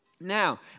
Now